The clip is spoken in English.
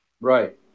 Right